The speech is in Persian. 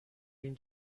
این